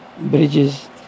bridges